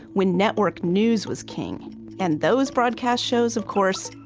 when network news was king and those broadcast shows, of course,